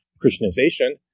Christianization